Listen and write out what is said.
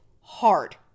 hard